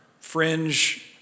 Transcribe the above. fringe